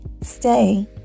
stay